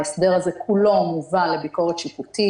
ההסדר הזה כולו מובא לביקורת שיפוטית.